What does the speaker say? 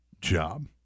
job